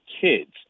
kids